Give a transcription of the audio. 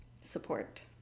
support –